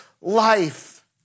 life